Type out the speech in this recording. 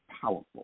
powerful